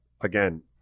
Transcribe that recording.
Again